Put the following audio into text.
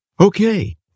Okay